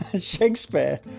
Shakespeare